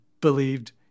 believed